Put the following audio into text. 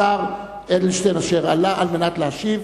לשר אדלשטיין, אשר עלה על מנת להשיב,